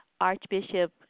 Archbishop